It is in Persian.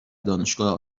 دانشگاه